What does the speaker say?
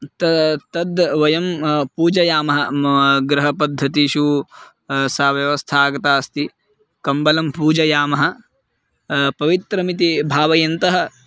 तत् तत् वयं पूजयामः गृहपद्धतीषू सा व्यवस्था आगता अस्ति कम्बलं पूजयामः पवित्रमिति भावयन्तः